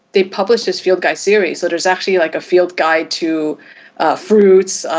they publishes field guide series, so there's actually like a field guide to fruits,